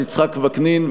יצחק וקנין,